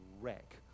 wreck